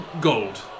gold